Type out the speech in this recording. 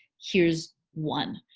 here's one,